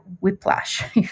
whiplash